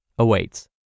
awaits